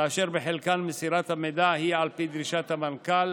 כאשר בחלקן מסירת המידע היא על פי דרישת מנכ"ל